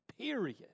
period